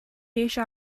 eisiau